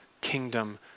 kingdom